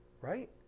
Right